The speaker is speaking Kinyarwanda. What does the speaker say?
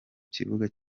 kibuga